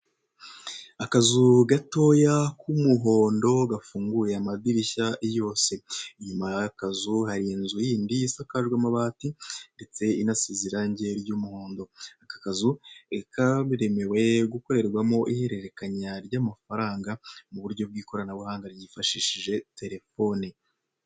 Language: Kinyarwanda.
Akazu gatoya k'umuhondo gafunguye amadirishya yose, inyuma y'akazu hari inzu yindi isakajwe amabati ndetse inasize irangi ry'umuhondo, aka kazu karemewe gukorerwamo ihererekanya ry'amafaranga mu buryo bw'ikoranabuhanga ryifashishije telefoni.